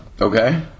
Okay